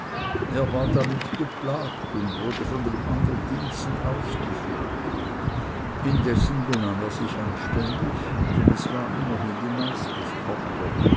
er war damit geplagt und wurde von den andern diensten ausgeführt indessen benahm er sich anständig denn es war immerhin die